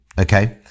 okay